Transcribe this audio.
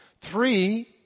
Three